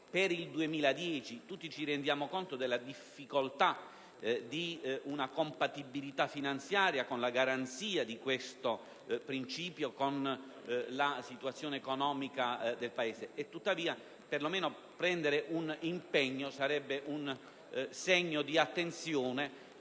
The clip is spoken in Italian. per il 2010. Tutti ci rendiamo conto della difficoltà di una compatibilità finanziaria con la garanzia di questo principio rispetto alla situazione economica del Paese. Tuttavia, assumere un impegno sarebbe un segno di attenzione